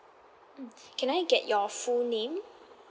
mm can I get your full name